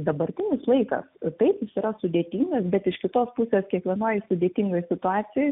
dabartinis laikas taip jis yra sudėtingas bet iš kitos pusės kiekvienoj sudėtingoj situacijoj